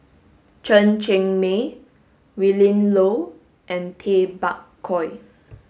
Chen Cheng Mei Willin Low and Tay Bak Koi